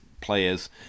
players